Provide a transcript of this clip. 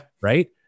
Right